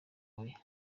oya